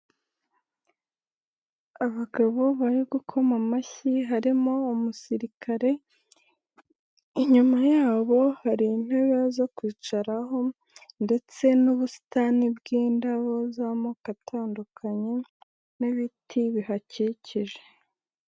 Abagabo bari gukoma amashyi harimo umusirikare, inyuma yabo hari intebe zo kwicaraho ndetse n'ubusitani bw'indabo z'amoko atandukanye n'ibiti bihakikije.